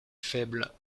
faible